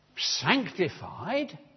sanctified